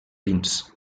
dins